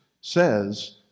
says